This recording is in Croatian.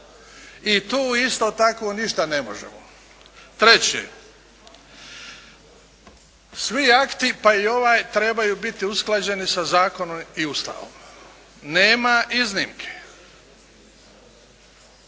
i tu isto tako ništa ne možemo. Treće. Svi akti, pa i ovaj trebaju biti usklađeni sa zakonom i Ustavom. Nema iznimke.